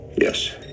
Yes